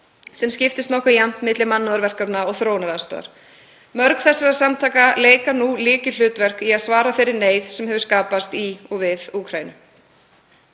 sem skiptist nokkuð jafnt milli mannúðarverkefna og þróunaraðstoðar. Mörg þessara samtaka leika nú lykilhlutverk í að svara þeirri neyð sem hefur skapast í og við Úkraínu.